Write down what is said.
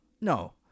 No